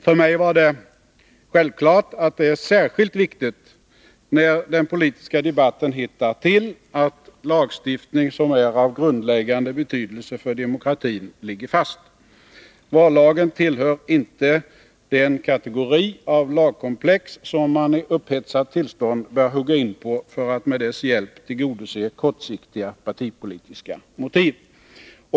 För mig var det självklart att det, när den politiska debatten hettar till, är särskilt viktigt att lagstiftning som är av grundläggande betydelse för demokratin ligger fast. Vallagen tillhör inte den kategori av lagkomplex som man i upphetsat tillstånd bör hugga in på, för att med dess hjälp tillgodose kortsiktiga partipolitiska motiv.